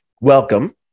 welcome